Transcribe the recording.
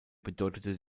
bedeutete